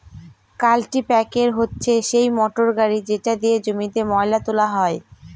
কাল্টিপ্যাকের হচ্ছে সেই মোটর গাড়ি যেটা দিয়ে জমিতে ময়লা তোলা হয়